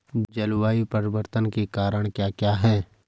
जलवायु परिवर्तन के कारण क्या क्या हैं?